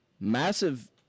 massive